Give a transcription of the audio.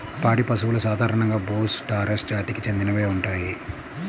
పాడి పశువులు సాధారణంగా బోస్ టారస్ జాతికి చెందినవే ఉంటాయి